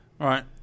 Right